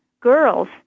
girls